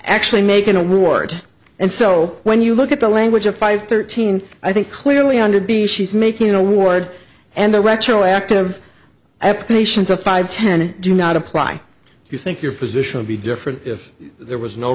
actually make an award and so when you look at the language of five thirteen i think clearly under b she's making award and the retroactive application to five ten do not apply if you think your position would be different if there was no